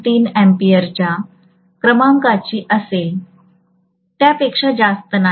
3 A च्या क्रमांकाची असेलत्यापेक्षा जास्त नाही